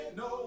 no